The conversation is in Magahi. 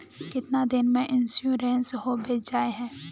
कीतना दिन में इंश्योरेंस होबे जाए है?